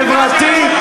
חברתי.